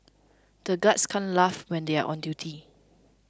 the guards can't laugh when they are on duty